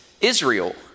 Israel